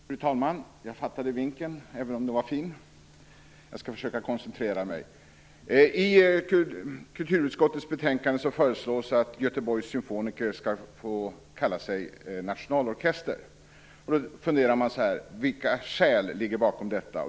Fru talman! Jag fattade vinken, även om den var fin. Jag skall försöka koncentrera mig. I kulturutskottets betänkande föreslås att Göteborgs Symfoniker skall få kalla sig nationalorkester. Då kan man fundera över vilka skäl som ligger bakom det.